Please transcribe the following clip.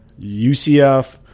UCF